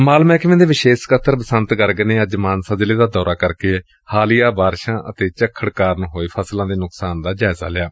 ਮਾਲ ਮਹਿਕਮੇ ਦੇ ਵਿਸ਼ੇਸ਼ ਸਕੱਤਰ ਬਸੰਤ ਗਰਗ ਨੇ ਅੱਜ ਮਾਨਸਾ ਜ਼ਿਲ੍ਹੇ ਦਾ ਦੌਰਾ ਕਰਕੇ ਹਾਲੀਆ ਬਾਰਿਸ਼ ਅਤੇ ਝੱਖੜ ਕਾਰਨ ਹੋਏ ਫਸਲਾਂ ਦੇ ਨੁਕਸਾਨ ਦਾ ਜਾਇਜ਼ਾ ਲਿਆ